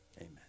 amen